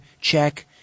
check